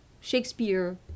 Shakespeare